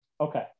okay